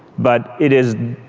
but it is,